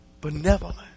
benevolent